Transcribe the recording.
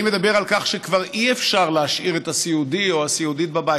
אני מדבר על כך שכבר אי-אפשר להשאיר את הסיעודי או את הסיעודית בבית.